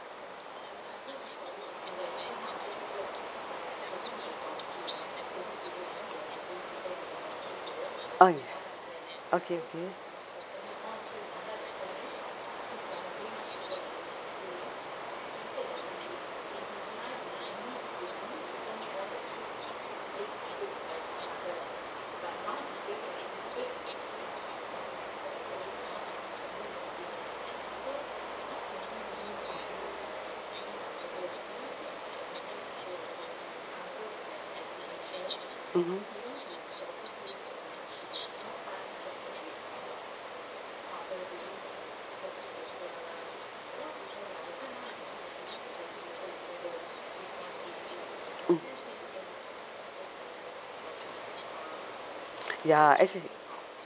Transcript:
oh okay okay mmhmm mm ya as